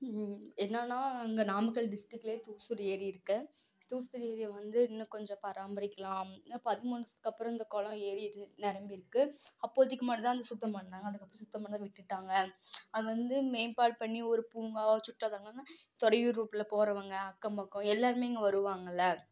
என்னன்னா எங்கள் நாமக்கல் டிஸ்ட்ரிக்லேயே தூசூர் ஏரி இருக்குது தூசூர் ஏரியை வந்து இன்னும் கொஞ்சம் பராமரிக்கலாம் அப்புறம் இந்த குளம் ஏரி நிரம்பி இருக்குது அப்போதைக்கு மட்டுந்தான் அதை சுத்தம் பண்ணாங்க அதுக்கப்புறம் சுத்தம் பண்றதை விட்டுட்டாங்க அது வந்து மேம்பாடு பண்ணி ஒரு பூங்காவாக சுற்றுலாத்தலங்கள்னால் துறையூர் ரூட்டில் போறவங்க அக்கம்பக்கம் எல்லோருமே இங்கே வருவாங்கல்ல